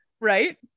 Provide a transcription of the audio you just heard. right